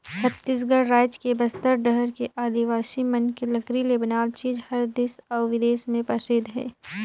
छत्तीसगढ़ रायज के बस्तर डहर के आदिवासी मन के लकरी ले बनाल चीज हर देस अउ बिदेस में परसिद्ध हे